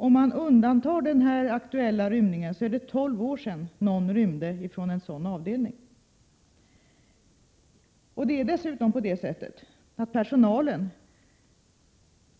Om man undantar den nu aktuella rymningen, är det tolv år sedan någon rymde från en sådan avdelning. Dessutom förhindrar personalen